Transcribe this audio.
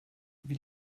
wie